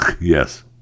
Yes